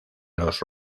los